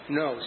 no